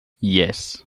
yes